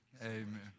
Amen